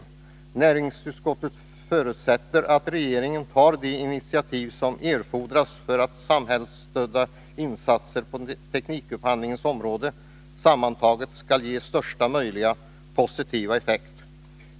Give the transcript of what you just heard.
Näringsutskottet förutsätter att regeringen tar de initiativ som erfordras för att de samhällsstödda insatserna på teknikupphandlingsområdet sammantagna skall ge största möjliga positiva effekt.